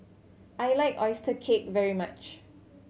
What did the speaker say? I like oyster cake very much